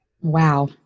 Wow